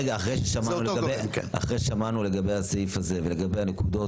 אחרי ששמענו לגבי הסעיף הזה ולגבי הנקודות